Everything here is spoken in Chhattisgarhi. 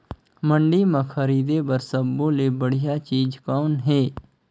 मंडी म खरीदे बर सब्बो ले बढ़िया चीज़ कौन हे?